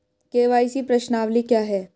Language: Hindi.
के.वाई.सी प्रश्नावली क्या है?